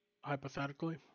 hypothetically